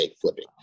flipping